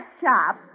shop